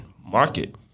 market